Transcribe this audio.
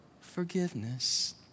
forgiveness